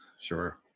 Sure